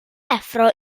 effro